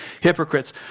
hypocrites